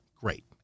great